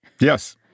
yes